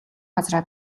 газраа